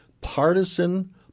partisan